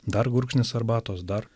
dar gurkšnis arbatos dar